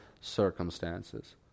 circumstances